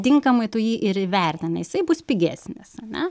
tinkamai tu jį ir įvertini jisai bus pigesnis ane